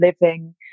living